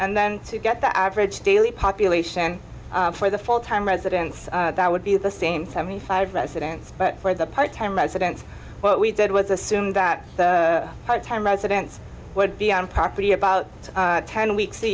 and then to get the average daily population for the full time residents that would be the same seventy five residents but for the part time residents what we did was assume that the time residents would be on property about ten weeks a